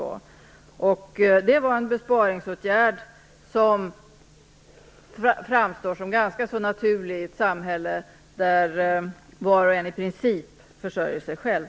Detta var alltså en besparingsåtgärd. Den framstår som ganska naturlig i ett samhälle där var och en i princip försörjer sig själv.